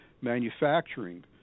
Manufacturing